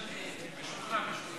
משוכנע, משוכנע.